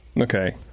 Okay